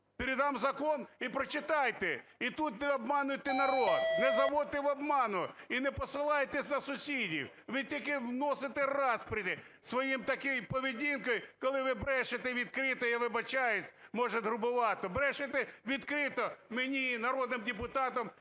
передам закон і прочитайте, і тут не обманюйте народ, не заводьте в оману і не посилайтесь на сусідів, ви тільки вносите распри своєю такою поведінкою, коли ви брешете відкрито, я вибачаюсь, може, грубувато, брешете відкрито мені і народним депутатам,